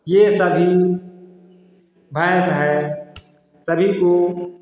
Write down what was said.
ये सभी भैंस है सभी को